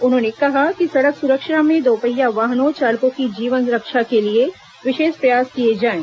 उन्होंने कहा कि सड़क सुरक्षा में दोपहिया वाहन चालकों की जीवन रक्षा के लिए विशेष प्रयास किए जाएं